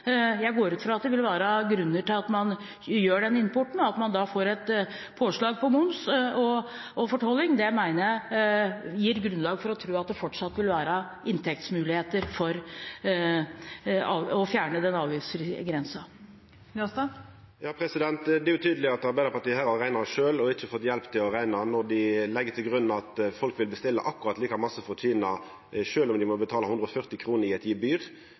Jeg går ut fra at det vil være grunner til at man gjør den importen, og det at man får et påslag på moms og fortolling, mener jeg gir grunnlag for å tro at det fortsatt vil være inntektsmuligheter ved å fjerne den avgiftsfrie grensen. Det er jo tydeleg at Arbeidarpartiet har rekna sjølv og ikkje har fått hjelp til å rekna, når dei legg til grunn at folk vil bestilla akkurat like masse frå Kina sjølv om dei må betale 140 kr i eit gebyr,